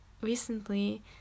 Recently